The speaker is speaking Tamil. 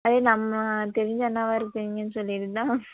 சரி நம்ம தெரிஞ்ச அண்ணாவா இருக்கீங்கன்னு சொல்லிவிட்டுதான்